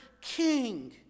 king